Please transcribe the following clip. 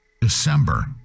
December